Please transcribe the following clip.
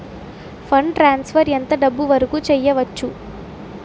Fund transfer ఎంత డబ్బు వరుకు చేయవచ్చు?